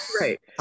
right